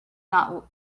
not